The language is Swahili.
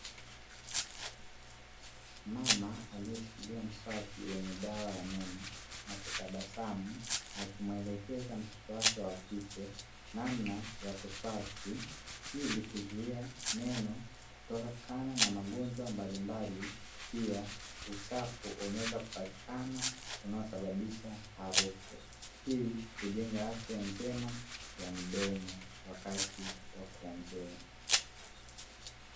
Mama aliyeshikilia mswaki wenye dawa ya meno na kutabasamu, akimuelekeza mtoto wake wa kike namna ya kuswaki ili kuzuia meno kutokana na magonjwa mbalimbali. Pia, uchafu unaweza kupatikana unaosababisha harufu. Hii hujenga afya njema ya mdomo wakati wa kuongea.